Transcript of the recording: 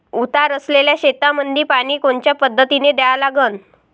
उतार असलेल्या शेतामंदी पानी कोनच्या पद्धतीने द्या लागन?